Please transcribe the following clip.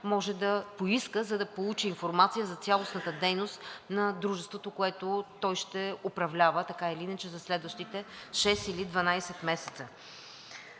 може да поиска, за да получи информация за цялостната дейност на дружеството, което той ще управлява така или иначе за следващите 6 или 12 месеца.